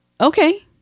Okay